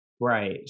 right